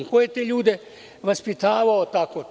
Ko je te ljude vaspitavao tako?